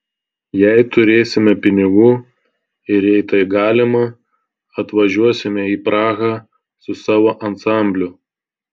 jei turėsime pinigų ir jei tai galima atvažiuosime į prahą su savo ansambliu